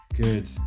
good